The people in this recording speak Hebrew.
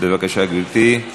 בבקשה, גברתי.